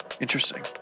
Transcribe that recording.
Interesting